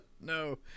No